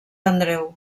andreu